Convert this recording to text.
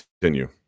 continue